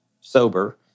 sober